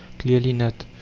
clearly not!